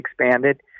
expanded